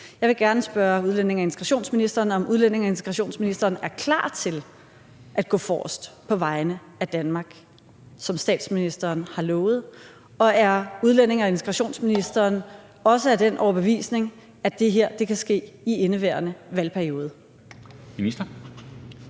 Jeg vil gerne spørge udlændinge- og integrationsministeren, om udlændinge- og integrationsministeren er klar til på vegne af Danmark at gå forrest, sådan som statsministeren lovede, og om udlændinge- og integrationsministeren også er af den overbevisning, at det her kan ske i indeværende valgperiode. Kl.